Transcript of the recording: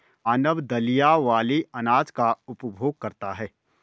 मानव दलिया वाले अनाज का उपभोग करता है